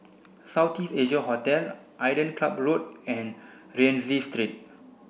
South East Asia Hotel Island Club Road and Rienzi Street